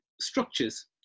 structures